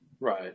Right